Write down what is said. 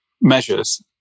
measures